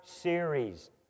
series